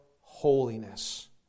holiness